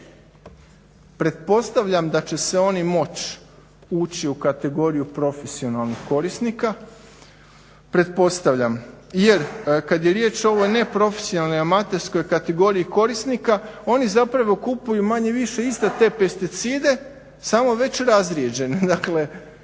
Pretpostavljam da će oni moć ući u kategoriju profesionalnih korisnika. Pretpostavljam jer kada je riječ o ovoj neprofesionalnoj i amaterskoj kategoriji korisnika oni kupuju manje-više iste te pesticide samo već razrijeđene,